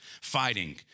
fighting